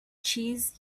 cheese